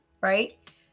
right